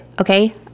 Okay